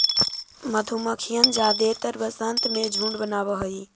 मधुमक्खियन जादेतर वसंत में झुंड बनाब हई